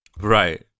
right